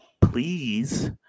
please